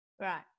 Right